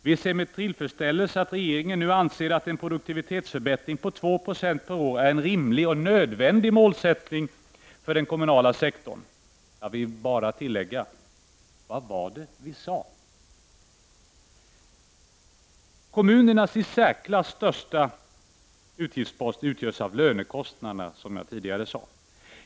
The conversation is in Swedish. Vi ser med tillfredsställelse att regeringen nu anser att en produktivitetsförbättring på 2 20 per år är en rimlig och nödvändig målsättning för den kommunala sektorn. Jag vill bara tillägga: Vad var det vi sade? Kommunernas i särklass största utgiftspost utgörs, som jag tidigare framhöll, av lönekostnaderna.